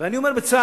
ואני אומר בצער,